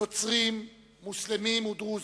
נוצרים, מוסלמים ודרוזים.